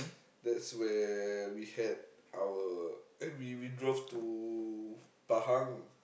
that's where we had our eh we we drove to Pahang